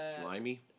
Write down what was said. Slimy